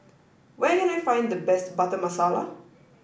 where can I find the best butter masala